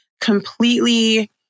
completely